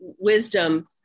wisdom